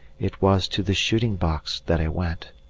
it was to the shooting-box that i went.